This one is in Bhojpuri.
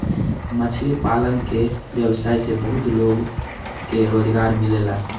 मछली पालन के व्यवसाय से बहुत लोग के रोजगार मिलेला